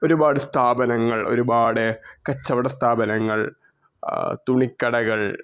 ഒരുപാട് സ്ഥാപനങ്ങൾ ഒരുപാട് കച്ചവട സ്ഥാപനങ്ങൾ തുണിക്കടകൾ